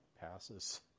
passes